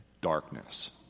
darkness